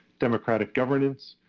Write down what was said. democratic governance,